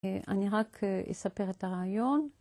אני רק אספר את הרעיון.